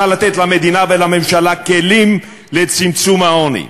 לתת למדינה ולממשלה כלים לצמצום העוני,